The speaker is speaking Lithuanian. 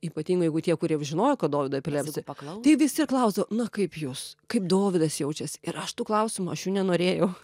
ypatingai jeigu tie kuriev žinojo kad dovydui epilepsija tai visi ir klausdavo na kaip jūs kaip dovydas jaučiasi ir aš tų klausimų aš jų nenorėjau